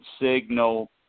signal